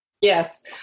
Yes